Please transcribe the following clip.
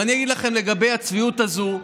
ואני אגיד לכם לגבי הצביעות הזאת,